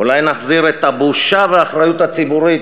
אולי נחזיר את הבושה והאחריות הציבורית